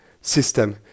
system